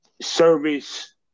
service